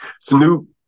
snoop